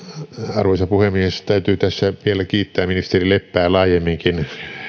arvoisa puhemies täytyy tässä vielä kiittää ministeri leppää laajemminkin